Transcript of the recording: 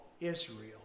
Israel